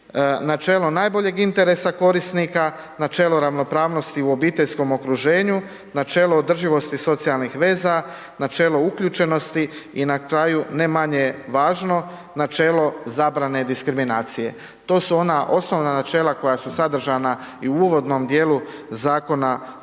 Načelo najboljeg interesa korisnika, načelo ravnopravnosti u obiteljskom okruženju, načelo održivosti socijalnih veza, načelo uključenosti i na kraju, ne manje važno, načelo zabrane diskriminacije, to su ona osnovna načela koja su sadržana i u uvodnom dijelu Zakona o